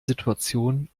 situation